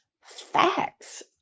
facts